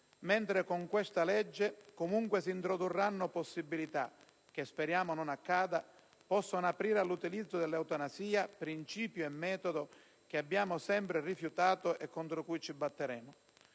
morte. Con questa legge, invece, si introdurranno comunque possibilità, e speriamo che ciò non accada, che possono aprire all'utilizzo dell'eutanasia, principio e metodo che abbiamo sempre rifiutato e contro cui ci batteremo.